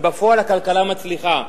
בפועל הכלכלה מצליחה.